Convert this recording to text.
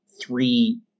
three